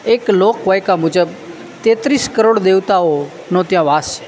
એક લોકવાયકા મુજબ તેત્રીસ કરોડ દેવતાઓનો ત્યાં વાસ છે